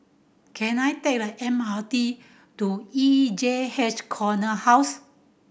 can I take the M R T to E J H Corner House